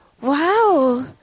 Wow